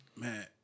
Man